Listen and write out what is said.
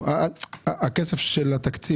הכסף של התקציב